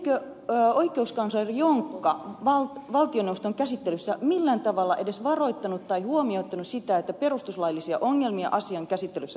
eikö oikeuskansleri jonkka valtioneuvoston käsittelyssä millään tavalla edes varoittanut tai huomioon ottanut sitä että perustuslaillisia ongelmia asian käsittelyssä voisi olla